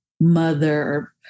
mother